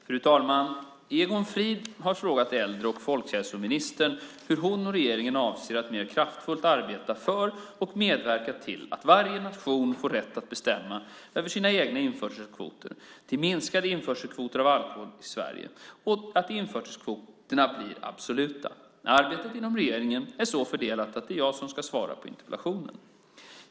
Fru talman! Egon Frid har frågat äldre och folkhälsoministern hur hon och regeringen avser att mer kraftfullt arbeta för och medverka till att varje nation får rätt att bestämma över sina egna införselkvoter, till minskade införselkvoter av alkohol till Sverige och att införselkvoterna blir absoluta. Arbetet inom regeringen är så fördelat att det är jag som ska svara på interpellationen.